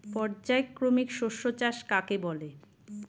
পর্যায়ক্রমিক শস্য চাষ কাকে বলে?